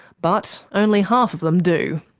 but only half of them do.